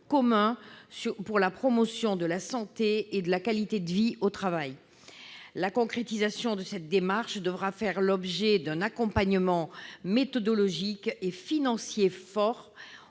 commun pour la promotion de la santé et de la qualité de vie au travail. Cette démarche devra faire l'objet d'un accompagnement méthodologique et financier fort